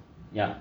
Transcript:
ya